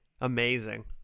amazing